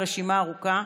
והרשימה ארוכה.